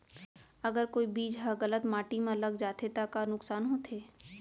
अगर कोई बीज ह गलत माटी म लग जाथे त का नुकसान होथे?